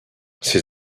ses